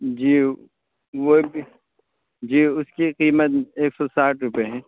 جی وہ جی اس کی قیمت ایک سو ساٹھ روپئے ہے